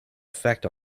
effect